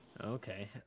Okay